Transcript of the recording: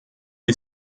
est